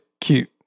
cute